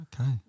Okay